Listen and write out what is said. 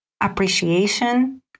appreciation